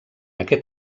aquest